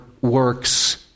works